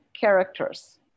characters